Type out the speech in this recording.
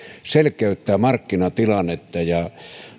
selkeyttää markkinatilannetta ja